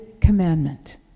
commandment